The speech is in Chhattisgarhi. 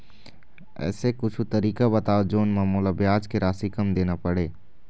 ऐसे कुछू तरीका बताव जोन म मोला ब्याज के राशि कम देना पड़े?